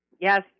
Yes